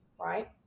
right